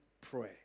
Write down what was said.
pray